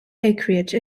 acreage